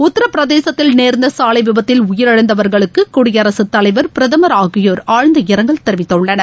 உத்தர பிரதேசத்தில் நேர்ந்த சாலை விபத்தில் உயிரிழந்தவர்களுக்கு குடியரகத் தலைவர் பிரதமர் ஆகியோர் ஆழந்த இரங்கல் தெரிவித்துள்ளனர்